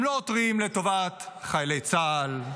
הם לא עותרים לטובת חיילי צה"ל,